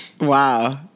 Wow